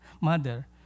mother